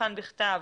במבחן בכתב